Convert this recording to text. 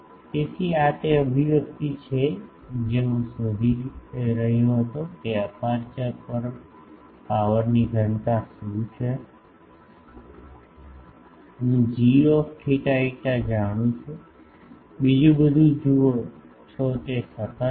તેથી આ તે અભિવ્યક્તિ છે જે હું શોધી રહ્યો હતો કે અપેર્ચર પર પાવરની ઘનતા શું છે હું gθ φ જાણું છુંબીજું બધું જુઓ છો તે સતત છે